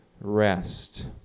rest